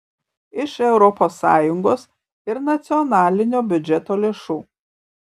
iš europos sąjungos ir nacionalinio biudžeto lėšų